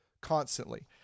constantly